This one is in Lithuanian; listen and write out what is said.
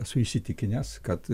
esu įsitikinęs kad